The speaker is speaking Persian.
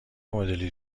مدلی